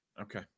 Okay